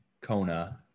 Kona